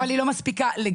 אבל היא לא מספיקה לגמרי.